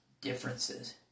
differences